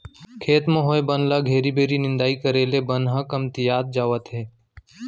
खेत म होए बन ल घेरी बेरी निंदाई करे ले बन ह कमतियात जावत हे